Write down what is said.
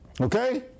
Okay